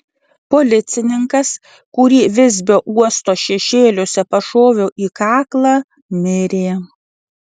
policininkas kurį visbio uosto šešėliuose pašoviau į kaklą mirė